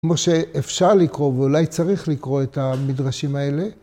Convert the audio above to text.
כמו שאפשר לקרוא, ואולי צריך לקרוא את המדרשים האלה.